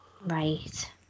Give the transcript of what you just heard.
Right